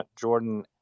Jordan